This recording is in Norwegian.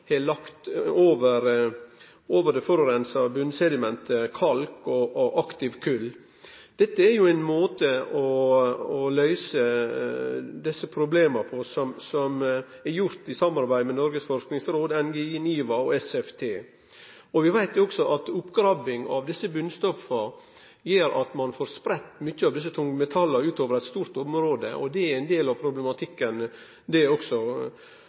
lagt kalk og aktivt kol over det forureina botnsedimentet. Dette er ein måte å løyse desse problema på, som er gjort i samarbeid med Noregs forskingsråd, NGI, NIVA og SFT. Vi veit òg at oppgrabbing av desse botnstoffa gjer at ein får spreidd mykje av desse tungmetalla utover eit stort område. Det òg er ein del av problematikken, i tillegg til at det